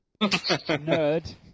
Nerd